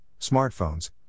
smartphones